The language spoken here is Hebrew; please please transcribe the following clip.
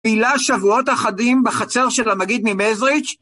פעילה שבועות אחדים בחצר של הנגיד ממזריץ'